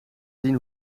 zien